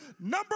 number